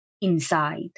inside